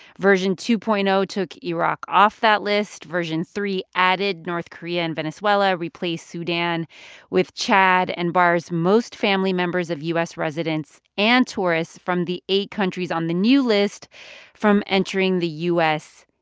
version two point zero took iraq off that list. version three added north korea and venezuela, replaced sudan with chad and bars most family members of u s. residents and tourists from the eight countries on the new list from entering the u s.